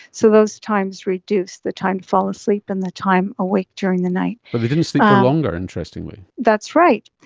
so those times reduced, the time to fall asleep and the time awake during the night. but they didn't sleep for longer, interestingly. that's right,